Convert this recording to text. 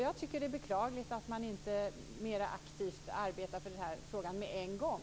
Jag tycker att det är beklagligt att man inte mera aktivt arbetar för den här frågan med en gång.